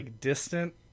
distant